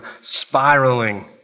spiraling